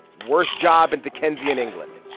worst job in dickensian england.